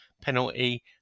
penalty